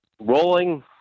rolling